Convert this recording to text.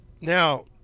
Now